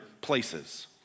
places